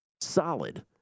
solid